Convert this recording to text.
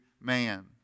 man